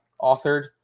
authored